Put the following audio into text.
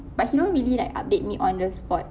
but he don't really like update me on the spot